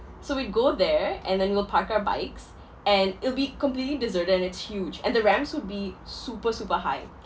so we'd go there and then we'll park our bikes and it'll be completely deserted and it's huge and the ramps would be super super high